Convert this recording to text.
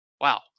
Wow